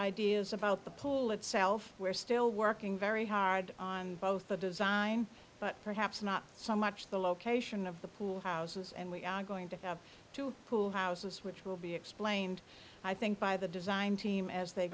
ideas about the pool itself we're still working very hard on both the design but perhaps not so much the location of the pool houses and we are going to have to pool houses which will be explained i think by the design team as they